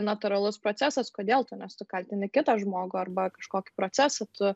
natūralus procesas kodėl tu nes tu kaltini kitą žmogų arba kažkokį procesą tu